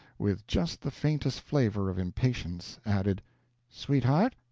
with just the faintest flavor of impatience added sweetheart?